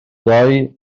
ddoe